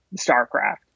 starcraft